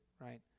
right